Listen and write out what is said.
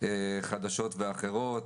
חדשות ואחרות;